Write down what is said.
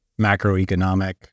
macroeconomic